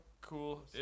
cool